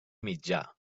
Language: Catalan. mitjà